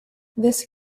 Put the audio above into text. this